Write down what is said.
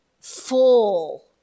full